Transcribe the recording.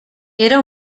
era